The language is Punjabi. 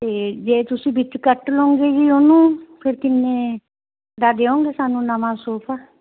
ਅਤੇ ਜੇ ਤੁਸੀਂ ਵਿੱਚ ਕੱਟ ਲਓਂਗੇ ਜੀ ਉਹਨੂੰ ਫਿਰ ਕਿੰਨੇ ਦਾ ਦਿਓਗੇ ਸਾਨੂੰ ਨਵਾਂ ਸੋਫਾ